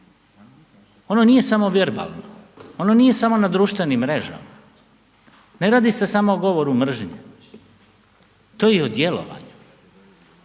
Ono nije samo verbalno, on nije samo na društvenim mrežama, ne radi se samo o govoru mržnje, to je i o djelovanju.